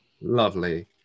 lovely